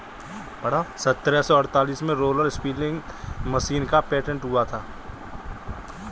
सत्रह सौ अड़तीस में रोलर स्पीनिंग मशीन का पेटेंट हुआ था